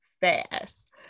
fast